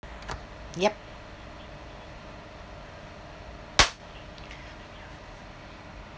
yup